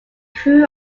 crew